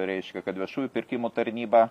reiškia kad viešųjų pirkimų tarnyba